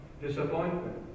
Disappointment